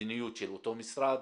המדיניות של אותו משרד.